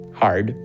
hard